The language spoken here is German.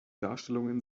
darstellungen